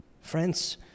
friends